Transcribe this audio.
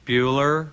Bueller